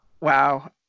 wow